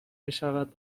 میشود